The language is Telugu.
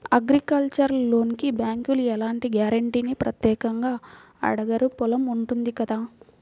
అగ్రికల్చరల్ లోనుకి బ్యేంకులు ఎలాంటి గ్యారంటీనీ ప్రత్యేకంగా అడగరు పొలం ఉంటుంది కదా